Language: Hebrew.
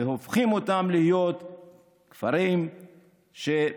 והופכים אותם להיות כפרים שבאמת